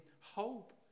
hope